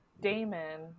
Damon